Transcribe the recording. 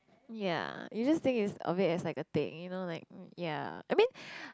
ya you just think it's a bit it's like a thing you know like ya I mean